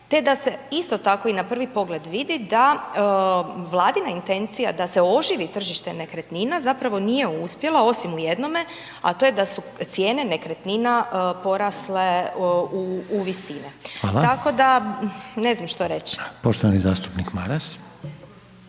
te da se isto tako i na prvi pogled vidi da Vladina intencija da se oživi tržište nekretnina zapravo nije uspjela osim u jednome, a to je da su cijene nekretnina porasle u visine …/Upadica: Hvala./… tako da ne znam